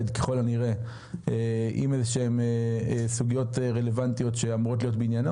ככול הנראה עם איזה שהן סוגיות רלוונטיות שאמורות להיות בעניינו